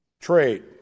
trade